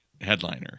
headliner